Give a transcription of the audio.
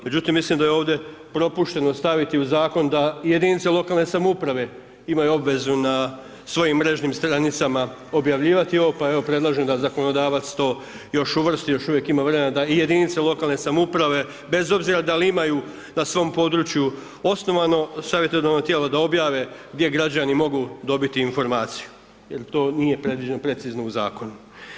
Međutim, mislim da je ovdje propušteno staviti u Zakon da jedinice lokalne samouprave imaju obvezu na svojim mrežnim stranicama objavljivati ovo, pa evo, predlažem da zakonodavac to još uvrsti, još uvijek ima vremena da i jedinice lokalne samouprave, bez obzira da li imaju na svom području osnovano savjetodavno tijelo da objave gdje građani mogu dobiti informaciju jel to nije predviđeno precizno u Zakonu.